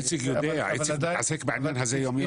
איציק יודע, הוא מתעסק בעניין הזה יום יום.